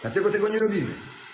Dlaczego tego nie robimy?